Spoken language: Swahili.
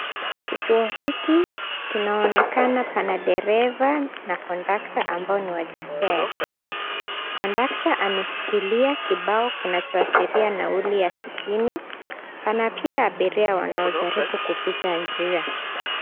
Kituo hiki kinaonekana pana dereva na kondakta ambao ni wa jinsia ya kike. Kondakta ameshikilia kibao kinacho ashiria nauli ya sitini. Pana pia abiria wanao jaribu kupita njia.